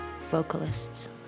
vocalists